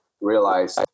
realize